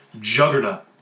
juggernaut